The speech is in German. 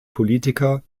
politiker